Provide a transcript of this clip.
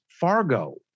Fargo